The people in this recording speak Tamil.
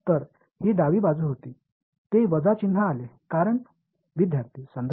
எனவே இடது புறம் கழித்தல் அடையாளம் வந்தது